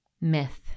myth